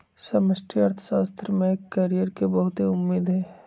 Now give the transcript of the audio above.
समष्टि अर्थशास्त्र में कैरियर के बहुते उम्मेद हइ